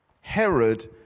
Herod